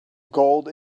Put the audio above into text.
gold